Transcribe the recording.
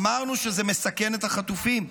אמרנו שזה מסכן את החטופים.